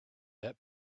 that